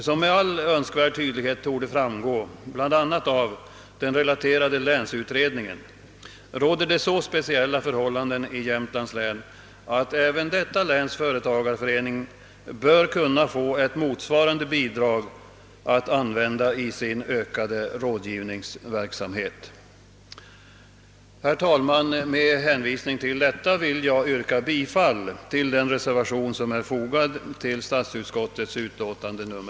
Som med all önskvärd tydlighet torde framgå bl.a. av den relaterade länsutredningen råder det så speciella förhållanden i Jämtlands län att även detta läns företagareförening bör kunna få ett motsvarande bidrag att använda i sin ökade rådgivningsverksamhet. Herr talman! Med hänvisning till detta vill jag yrka bifall till den reservation som är fogad till statsutskottets utlåtande.